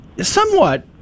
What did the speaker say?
somewhat